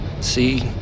See